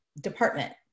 department